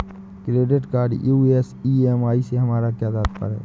Credit card use EMI से हमारा क्या तात्पर्य है?